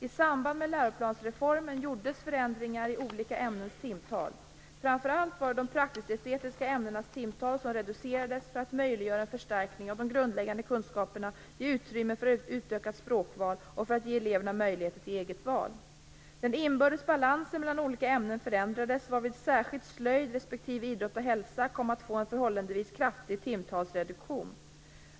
I samband med läroplansreformen gjordes förändringar i olika ämnens timtal. Framför allt var det de praktisk/estetiska ämnenas timtal som reducerades för att möjliggöra en förstärkning av de grundläggande kunskaperna, ge utrymme för ett utökat språkval och för att ge eleverna möjligheter till eget val. Den inbördes balansen mellan olika ämnen förändrades, varvid särskilt slöjd respektive idrott och hälsa kom att få en förhållandevis kraftig timtalsreduktion.